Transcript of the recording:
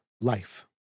life